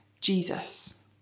Jesus